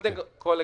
קודם כול,